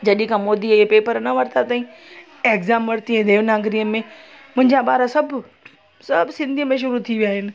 जॾहिं खां मोदीअ इहे पेपर न वरिता अथईं एग्ज़ाम वरिती हुई देवनागिरीअ में मुंहिंजा ॿार सभु सभु सिंधीअ में शुरू थी विया आहिनि